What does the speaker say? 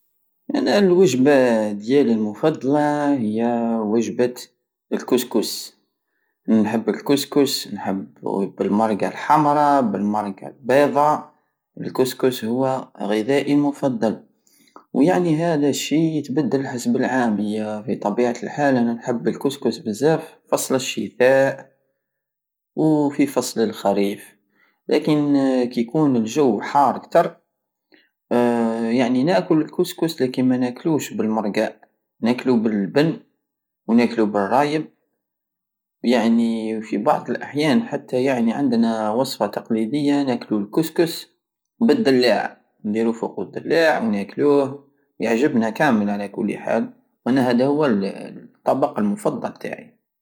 انا الوجبة ديالي المفضلة هي وجبة الكسكس نحب الكسكس نحبو بالمرقة الحمرة بالمرقة البيضا الكسكس هو غدائي المفضل ويعني هدا الشء يتبدل حسب العام خي في طبيعة الحال انا نحب الكسكس بزاف فصل الشتاء وفي فصل الخريف لكن كي يكون الجو حار كتر يعني ناكل الكسكس لاكن مناكلوش بالمرقة ناكلو باللبن وناكلو بالرايب يعني قي بعض الاحيان حتى يعني عندنا وصفة تقلبدية ناكلو الكسكس بالدلاع نديرو فوقو الدلاع وناكلو يعجبنا كامل على كل حال وانا هدا هو الطبق المفضل تاعي